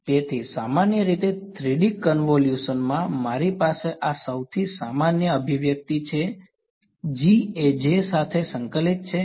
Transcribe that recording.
તેથી સામાન્ય રીતે 3D કન્વોલ્યુશનમાં મારી પાસે આ સૌથી સામાન્ય અભિવ્યક્તિ છે G એ J સાથે સંકલિત છે